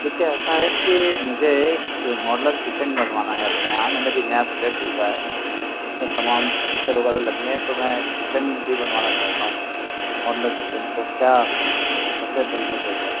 دیکھیے ایسا ہے کہ مجھے ایک ماڈلر کچن بنوانا ہے اپنے یہاں میں نے ابھی نیا فلیٹ خریدا ہے اس میں تمام فرنیچر وغیرہ لگنے ہیں تو میں کچن بھی بنوانا چاہتا ہوں ماڈلر کچن تو کیا کیسے بن سکے گا